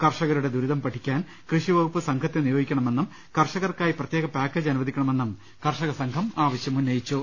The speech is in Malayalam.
കർഷകരുടെ ദുരിതം പഠി ക്കാൻ കൃഷി വകുപ്പ് സംഘത്തെ നിയോഗിക്കണമെന്നും കർഷകർക്കായി പ്രത്യേക പാക്കേജ് അനുവദിക്കണമെന്നും കർഷകസംഘം ആവശ്യമുന്നയിച്ചു